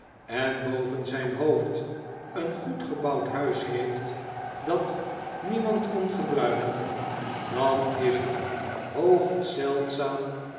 en boven zijn hoofd een goed gebouwd huis heeft dat niemand komt beruiken dan is het hoogst zeldzaam